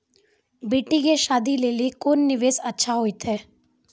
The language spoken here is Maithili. बेटी के शादी लेली कोंन निवेश अच्छा होइतै?